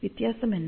வித்தியாசம் என்ன